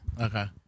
Okay